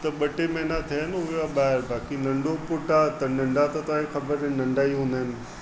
त ॿ टे महीना थियनि उहे वियो आहे ॿाहिरि बाक़ी नंढो पुटु आहे त नंढा त तव्हांखे ख़बर आहिनि नंढा ई हूंदा आहिनि